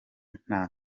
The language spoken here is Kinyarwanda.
nta